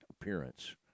appearance